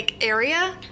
area